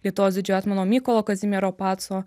lietuvos didžiojo etmono mykolo kazimiero paco